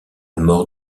mort